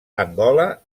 angola